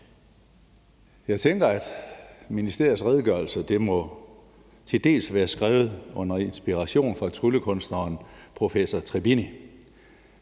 Jeg tænker, at ministeriets redegørelse til dels må være skrevet under inspiration fra tryllekunstneren professor Tribini.